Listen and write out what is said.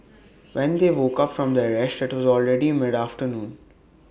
when they woke up from their rest IT was already mid afternoon